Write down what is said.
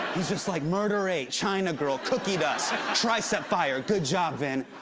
he's just like, murder eight china girl cookie dust tricep fire good job, vin.